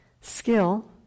skill